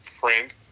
friend